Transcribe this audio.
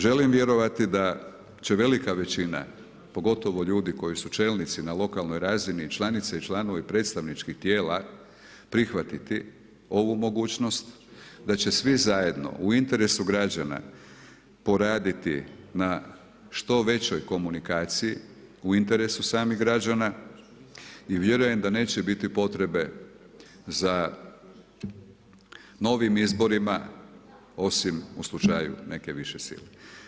Želim vjerovati da će velika većina, pogotovo ljudi koji su čelnici na lokalnoj razini i članice i članovi predstavničkih tijela prihvatiti ovu mogućnost, da će svi zajedno u interesu građana poraditi na što većoj komunikaciji u interesu samih građana i vjerujem da neće biti potrebe za novim izborima osim u slučaju neke više sile.